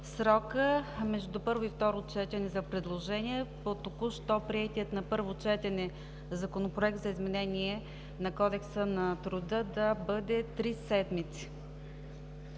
срокът между първо и второ четене за предложения по току-що приетия на първо четене Законопроект за изменение на кодекса на труда да бъде 3 седмици.